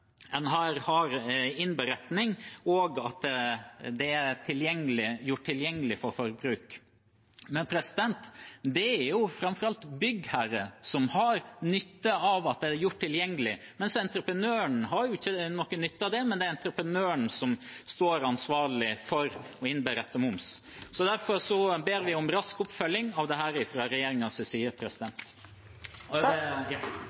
er gjort tilgjengelig for bruk. Det er framfor alt byggherren som har nytte av at det er gjort tilgjengelig. Entreprenøren har ikke noen nytte av det, men det er entreprenøren som står ansvarlig for å innberette moms. Derfor ber vi om rask oppfølging av